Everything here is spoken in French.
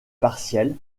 partielle